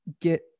get